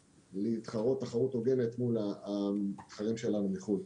להתחרות תחרות הוגנת מול המתחרים שלנו מחו"ל.